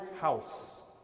house